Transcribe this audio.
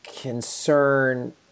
concern –